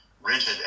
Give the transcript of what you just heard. rigid